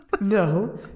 No